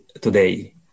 today